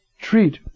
treat